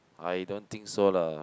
I don't think so lah